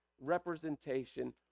representation